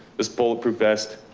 this bulletproof vest,